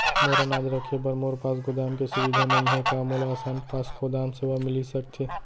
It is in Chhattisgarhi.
मोर अनाज रखे बर मोर पास गोदाम के सुविधा नई हे का मोला आसान पास गोदाम सेवा मिलिस सकथे?